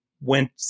went